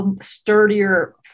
sturdier